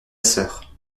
sœur